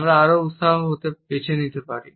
আমরা আরও উত্সাহী হতে বেছে নিতে পারি